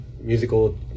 musical